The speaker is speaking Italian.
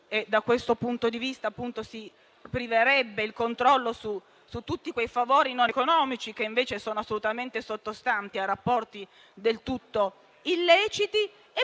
da questo punto di vista, si priverebbe il controllo su tutti i favori non economici che invece sono assolutamente sottostanti a rapporti del tutto illeciti.